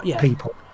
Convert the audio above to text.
people